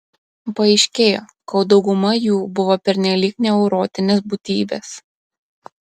paaiškėjo kad dauguma jų buvo pernelyg neurotinės būtybės